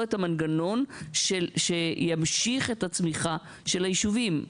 את המנגנון שימשיך את הצמיחה של היישובים.